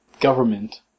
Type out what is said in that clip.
government